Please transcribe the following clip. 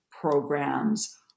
programs